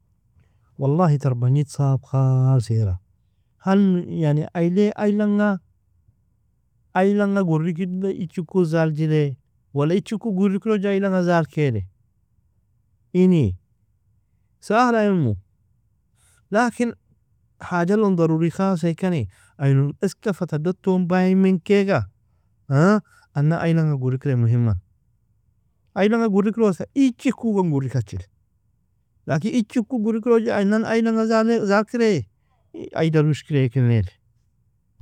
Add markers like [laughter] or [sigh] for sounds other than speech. Wallahi tar bagnid saab khaals era, [unintelligible] yani ayle aylenga, aylenga gurekidele ichi ku zaljile? Wala ichi ku gurekiroja aylenga zalkele? Innie sahala imu, lakin haja lon daruri khaals ikane, ailon iska fa tado ton baie menkega, [hesitation] anan aylanga gurekire muhiman, aylenga gurekirosa ichi ku gon gurekachir, lakin ichi ku gurekiroja ay nan aylenga zale zalkire ay darwishkine kir nair.